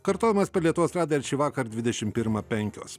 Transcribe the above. kartojimas per lietuvos radiją ir šįvakar dvidešim pirmą penkios